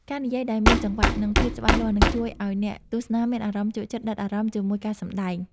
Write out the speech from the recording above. ការនិយាយដែលមានចង្វាក់ និង ភាពច្បាស់លាស់នឹងជួយឱ្យអ្នកទស្សនាមានអារម្មណ៍ជក់ចិត្តដិតអារម្មណ៍ជាមួយការសម្តែង។